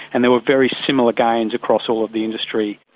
and there were very similar gains across all of the industry.